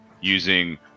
using